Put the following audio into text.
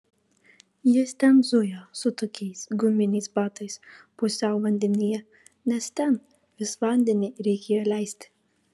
jis ten zujo su tokiais guminiais batais pusiau vandenyje nes ten vis vandenį reikėjo leisti